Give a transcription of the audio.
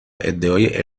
ادعای